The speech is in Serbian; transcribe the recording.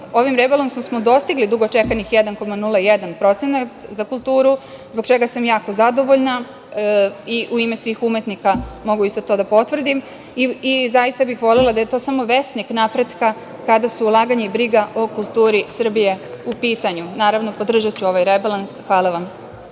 Ovim rebalansom smo dostigli dugo čekani 1,01% za kulturu, zbog čega sam jako zadovoljna i u ime svih umetnika mogu isto to da potvrdim i zaista bih volela da je to samo vesnik napretka kada su ulaganja i briga o kulturi Srbije u pitanju. Naravno, podržaću ovaj rebalans. Hvala vam.